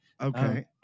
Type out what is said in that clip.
Okay